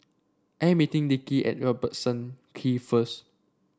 I am meeting Dickie at Robertson Kee first